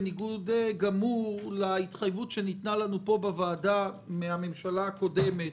בניגוד גמור להתחייבות שניתנה לנו פה בוועדה על ידי הממשלה הקודמת,